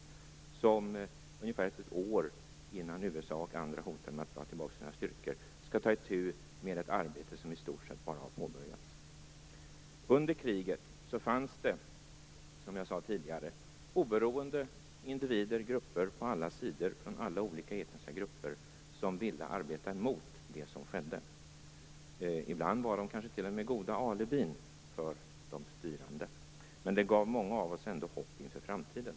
Han skall ungefär ett år innan USA och andra hotar att dra tillbaka sina styrkor ta itu med ett arbete som i stort sett bara har påbörjats. Under kriget fanns det, som jag tidigare sade, oberoende individer och grupper, på alla sidor och från alla olika etniska grupper, som ville arbeta mot det som skedde. Ibland var de kanske t.o.m. goda alibin för de styrande. Men det gav ändå många av oss hopp inför framtiden.